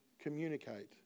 communicate